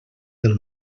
del